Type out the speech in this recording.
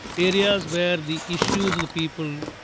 areas where the issue of the people,